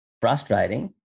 frustrating